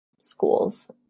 schools